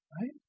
right